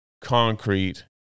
concrete